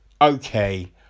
okay